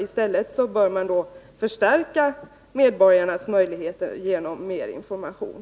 I stället bör man förstärka medborgarnas möjligheter genom att sprida mer information.